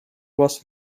was